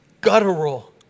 guttural